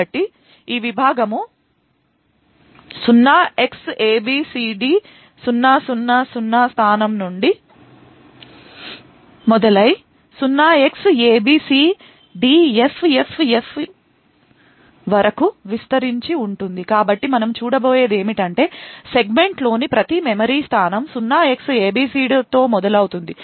కాబట్టి ఈ విభాగము 0Xabcd0000 స్థానం నుండి మొదలై 0Xabcdffff వరకు విస్తరించి ఉంటుంది కాబట్టి మనము చూడబోయేది ఏమిటంటే సెగ్మెంట్లోని ప్రతి మెమరీ స్థానం 0Xabcd తో మొదలవుతుంది